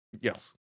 Yes